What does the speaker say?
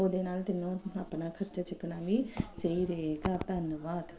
ਉਹਦੇ ਨਾਲ ਤੈਨੂੰ ਆਪਣਾ ਖਰਚਾ ਚੁੱਕਣਾ ਵੀ ਸਹੀ ਰਹੇਗਾ ਧੰਨਵਾਦ